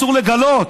אסור לגלות.